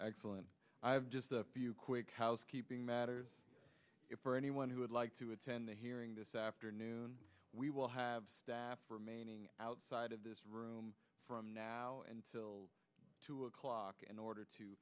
excellent quick housekeeping matters for anyone who would like to attend the hearing this afternoon we will have staff remaining outside of this room from now until two o'clock in order to